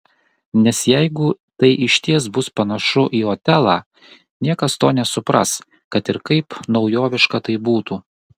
nes jeigu tai išties bus panašu į otelą niekas to nesupras kad ir kaip naujoviška tai būtų